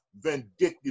vindictive